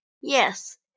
Yes